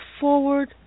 forward